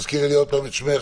תודה רבה.